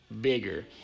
bigger